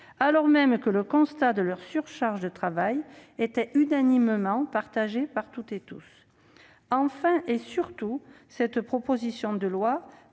alors même que le constat de leur surcharge de travail était unanimement partagé par toutes et par tous. Enfin et surtout, une ligne